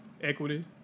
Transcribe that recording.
equity